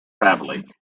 family